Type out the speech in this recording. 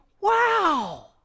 wow